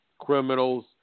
criminals